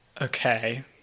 Okay